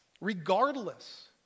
regardless